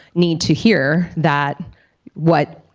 need to hear that what